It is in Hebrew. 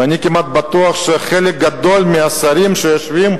ואני כמעט בטוח שחלק גדול מהשרים שיושבים